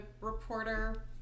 reporter